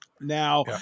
now